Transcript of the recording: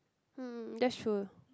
hmm that's true